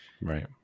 Right